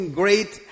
great